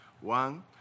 One